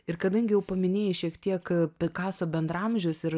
ir kadangi jau paminėjai šiek tiek pikaso bendraamžius ir